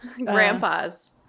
Grandpas